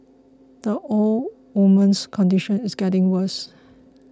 the old woman's condition is getting worse